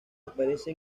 aparece